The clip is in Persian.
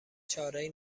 چارهای